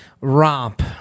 romp